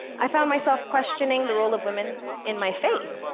i found myself questioning the role of women in my faith.